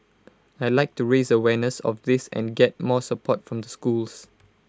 I'd like to raise awareness of this and get more support from the schools